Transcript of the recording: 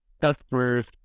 customers